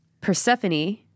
Persephone